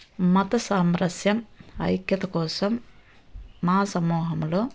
మత సామరాసిం ఐక్యత కోసం మా సమూహములో